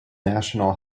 national